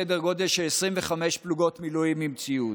סדר גודל של 25 פלוגות מילואים עם ציוד.